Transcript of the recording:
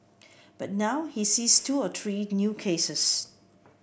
but now he sees two to three new cases